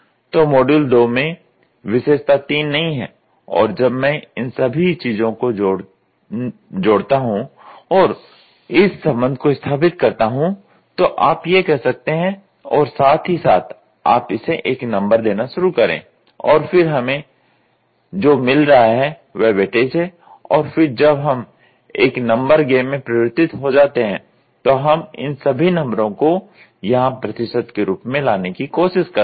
तो मॉड्यूल 2 में विशेषता 3 नहीं है और जब मैं इन सभी चीजों को जोड़ता हूं और इस संबंध को स्थापित करता हूं तो आप यह कह सकते हैं और साथ ही साथ आप इसे एक नंबर देना शुरू करें और फिर हमें जो मिल रहा है वह वेटेज है और फिर जब हम एक नंबर गेम में परिवर्तित हो जाते हैं तो हम इन सभी नंबरों को यहां प्रतिशत के रूप में लाने की कोशिश करते हैं